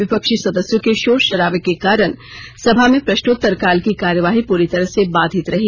विपक्षी सदस्यों के शोर शराबे के कारण सभा में प्रश्नोत्तरकाल की कार्यवाही पूरी तरह से बाधित रही